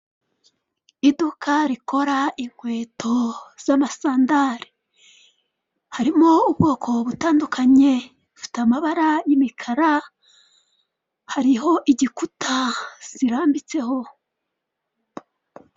Iduka rikora inkweto z'amasandali. Harimo ubwoko butandukanye, zifite amabara y'imikara, hariho igikuta zirambitseho.